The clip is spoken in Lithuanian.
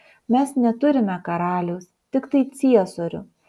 mes neturime karaliaus tiktai ciesorių